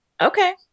Okay